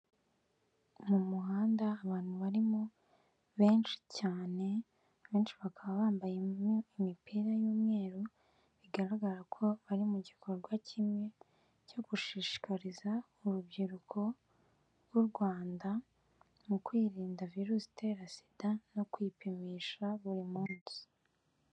Mu muhanda, abantu barimo benshi cyane, benshi bakaba bambaye imipira y'umweru bigaragara ko bari mu gikorwa kimwe cyo gushishikariza urubyiruko rw'u Rwanda mu kwirinda virusi itera SIDA, no kwipimisha buri munsi.